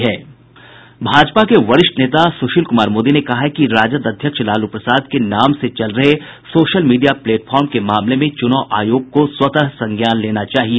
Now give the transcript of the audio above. भाजपा के वरिष्ठ नेता सुशील कुमार मोदी ने कहा है कि राजद अध्यक्ष लालू प्रसाद के नाम से चल रहे सोशल मीडिया प्लेटफॉर्म के मामले में चुनाव आयोग को स्वतः संज्ञान लेने चाहिए